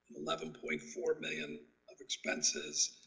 eleven point four million of expenses.